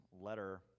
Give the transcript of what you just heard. letter